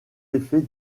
effets